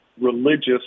religious